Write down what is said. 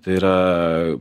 tai yra